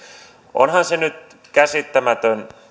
onhan se nyt käsittämätön